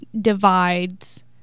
divides